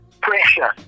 pressure